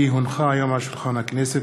כי הונחו היום על שולחן הכנסת,